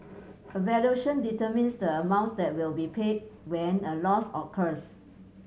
a valuation determines the amount that will be paid when a loss occurs